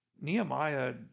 Nehemiah